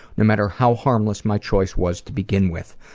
no matter how harmless my choice was to begin with.